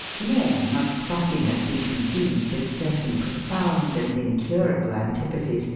nor must fussiness be confused with certain profound and incurable antipathies,